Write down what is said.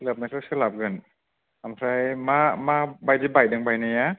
सोलाबनायाथ' सोलाबगोन ओमफ्राय मा मा बायदि बायदों बायनाया